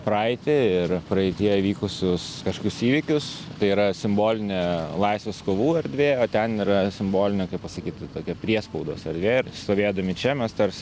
praeitį ir praeityje įvykusius kažkokius įvykius tai yra simbolinė laisvės kovų erdvė o ten yra simbolinė kaip pasakytų tokia priespaudos erdvė ir stovėdami čia mes tarsi